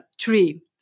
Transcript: three